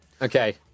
Okay